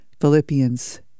Philippians